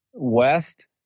west